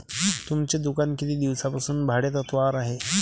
तुमचे दुकान किती दिवसांपासून भाडेतत्त्वावर आहे?